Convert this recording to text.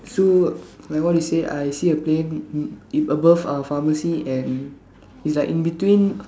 so like what you say I see a plane mm above uh pharmacy and it's like in between